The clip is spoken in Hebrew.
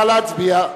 נא להצביע.